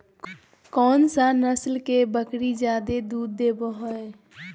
कौन सा नस्ल के बकरी जादे दूध देबो हइ?